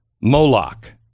Moloch